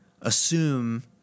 assume